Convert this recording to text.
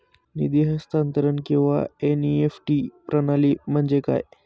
निधी हस्तांतरण किंवा एन.ई.एफ.टी प्रणाली म्हणजे काय?